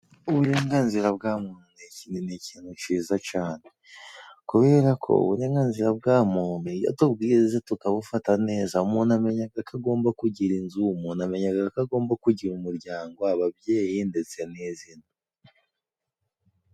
Uburenganzira bwa muntu, iki ni ikintu ciza cane. Kubera ko uburenganzira bwa muntu iyo tubwize tukabufata neza, umuntu amenyaga ko agomba kugira inzu, umuntu amenyaga ko agomba kugira umuryango, ababyeyi ndetse n'izina.